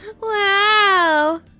Wow